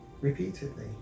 repeatedly